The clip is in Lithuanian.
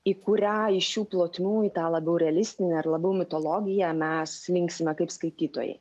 į kurią iš šių plotmių į tą labiau realistinę ar labiau mitologiją mes linksime kaip skaitytojai